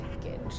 package